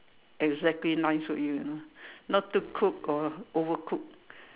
exactly nice for you you know not too cooked or overcooked